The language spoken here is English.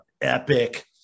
epic